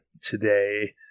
today